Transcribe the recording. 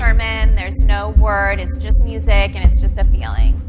sermon, there's no word. it's just music and it's just a feeling.